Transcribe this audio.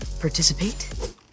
participate